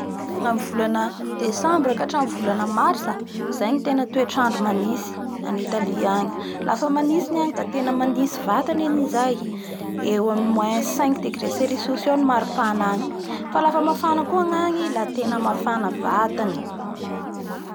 Gna amin'ny volana desambra ka hatramin'ny volana Mars izay gny tena toetrandro manitsy any Italie agny. Da tena manitsy vatany any zay eo amin'ny moins cinq degré cericus. Fa lafa mana koa gnany la tena mafan vatany.